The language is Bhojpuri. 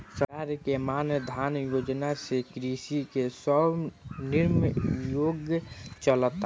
सरकार के मान धन योजना से कृषि के स्वर्णिम युग चलता